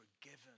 forgiven